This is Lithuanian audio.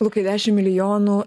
lukai dešim milijonų